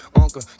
Uncle